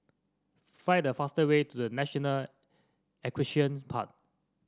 find the faster way to The National Equestrian Park